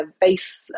base